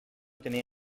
tenia